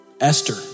Esther